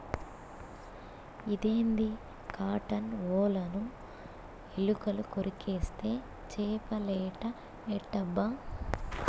ఇదేంది కాటన్ ఒలను ఎలుకలు కొరికేస్తే చేపలేట ఎట్టబ్బా